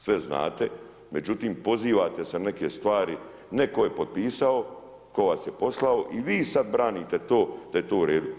Sve znate, međutim, pozivate se na neke stvari, ne tko je potpisao, tko vas je poslao, i vi sad branite to, da je to u redu.